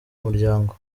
muryango